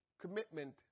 commitment